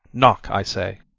knock, i say.